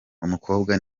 umukobwa